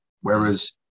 Whereas